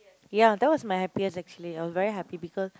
ya that was my happiest actually I was very happy because